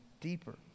deeper